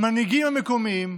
המנהיגים המקומיים,